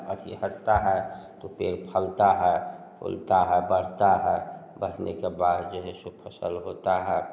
कीड़ा अथी हटता है तो पेड़ फलता है फूलता है बढ़ता है बढ़ने के बाद फिर उसमें फसल होता है